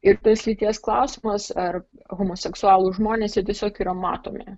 ir tas lyties klausimas ar homoseksualūs žmonės jie tiesiog yra matomi